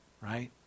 right